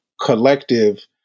collective